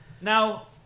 Now